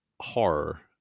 horror